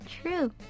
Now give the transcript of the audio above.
true